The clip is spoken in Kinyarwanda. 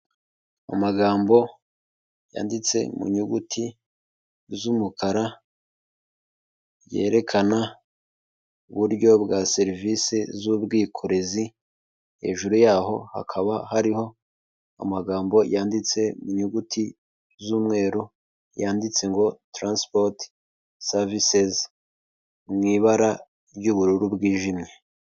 Amagambo yanditse mu nyuguti z'umukara, yerekana uburyo bwa serivisi z'ubwikorezi. Hejuru yaho hakaba hariho amagambo yanditse mu nyuguti z'umweru, yanditse ngo: Transport services mu ibara ry'ubururu bwijimye.